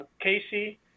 Casey